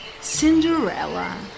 Cinderella